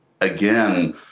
again